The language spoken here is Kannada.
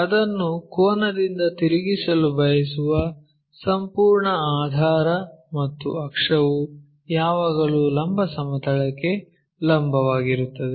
ಅದನ್ನು ಕೋನದಿಂದ ತಿರುಗಿಸಲು ಬಯಸುವ ಸಂಪೂರ್ಣ ಆಧಾರ ಮತ್ತು ಅಕ್ಷವು ಯಾವಾಗಲೂ ಲಂಬ ಸಮತಲಕ್ಕೆ ಲಂಬವಾಗಿರುತ್ತದೆ